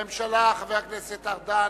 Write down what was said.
עמדת הממשלה, חבר הכנסת גלעד ארדן.